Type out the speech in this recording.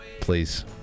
please